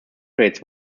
creates